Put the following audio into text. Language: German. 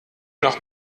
noch